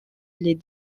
les